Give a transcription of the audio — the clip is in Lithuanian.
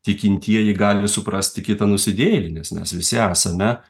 tikintieji gali suprasti kitą nusidėjėlį nes mes visi esame